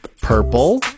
Purple